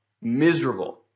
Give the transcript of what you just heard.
miserable